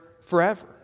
forever